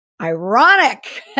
Ironic